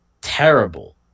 Terrible